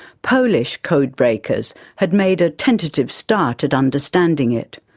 polish code breakers had made a tentative start at understanding it.